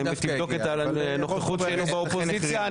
אם תבדוק את הנוכחות שלנו באופוזיציה,